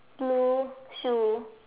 blue shoe